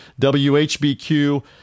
WHBQ